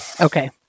Okay